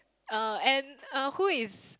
uh and uh who is